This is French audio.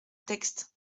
texte